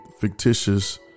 fictitious